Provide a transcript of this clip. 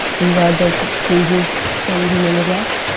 these are the pages from the monograph.